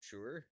Sure